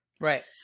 Right